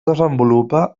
desenvolupa